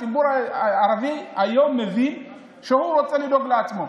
הציבור הערבי היום מבין שהוא רוצה לדאוג לעצמו.